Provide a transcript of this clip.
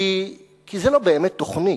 כי זו לא באמת תוכנית.